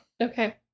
Okay